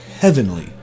heavenly